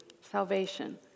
salvation